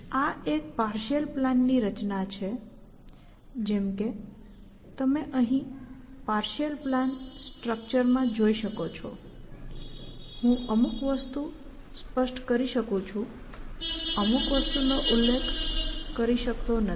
આ એક પાર્શિઅલ પ્લાનની રચના છે જેમ કે તમે અહીં પાર્શિઅલ પ્લાન સ્ટ્રક્ચર માં જોઈ શકો છો હું અમુક વસ્તુ સ્પષ્ટ કરી શકું છું હું અમુક વસ્તુઓનો ઉલ્લેખ કરી શકતો નથી